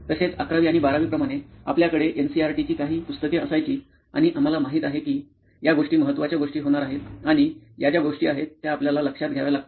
तसेच ११ वी आणि १२ वी प्रमाणे आपल्याकडे एनसीईआरटीची काही पुस्तके असायची आणि आम्हाला माहित आहे की या गोष्टी महत्वाच्या गोष्टी होणार आहेत आणि या ज्या गोष्टी आहेत त्या आपल्याला लक्षात घ्याव्या लागतील